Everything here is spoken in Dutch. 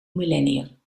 millennium